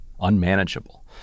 unmanageable